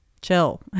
chill